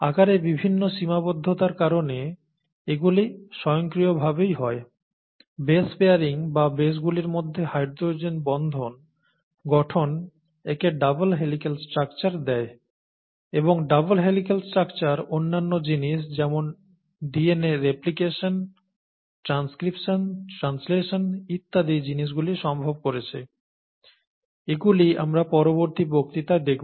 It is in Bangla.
আকারে বিভিন্ন সীমাবদ্ধতার কারণে এগুলি স্বয়ংক্রিয়ভাবেই হয় বেশ পেয়ারিং বা বেশগুলির মধ্যে হাইড্রোজেন বন্ধন গঠন একে ডাবল হেলিক্যাল স্ট্রাকচার দেয় এবং ডাবল হেলিক্যাল স্ট্রাকচার অন্যান্য জিনিস যেমন DNA রেপ্লিকেশন ট্রানস্ক্রিপশন ট্রানসলেশন ইত্যাদি জিনিসগুলি সম্ভব করেছে এগুলি আমরা পরবর্তী বক্তৃতায় দেখব